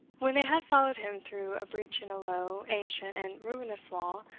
when they had followed him through a breach in a low, ancient, and ruinous wall,